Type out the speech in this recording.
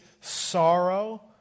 sorrow